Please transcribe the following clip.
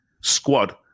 squad